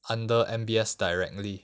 under M_B_S directly